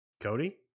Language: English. Cody